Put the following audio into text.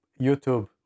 YouTube